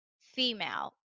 female